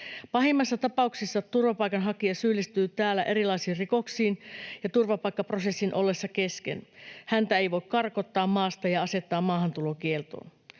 Pahimmassa tapauksessa turvapaikanhakija syyllistyy täällä erilaisiin rikoksiin, ja turvapaikkaprosessin ollessa kesken häntä ei voi karkottaa maasta ja asettaa maahantulokieltoon.